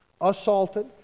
assaulted